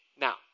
Now